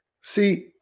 See